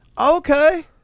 okay